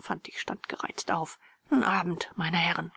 fantig stand gereizt auf n abend meine herren